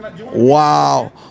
wow